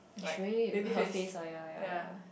it's really her face lah yea yea yea